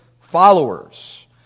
followers